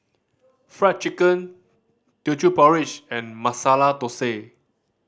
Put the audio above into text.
Fried Chicken Teochew Porridge and Masala Thosai